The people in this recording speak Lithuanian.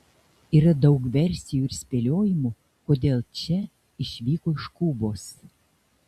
yra daug versijų ir spėliojimų kodėl če išvyko iš kubos